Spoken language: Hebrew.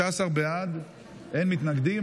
15 בעד, אין מתנגדים.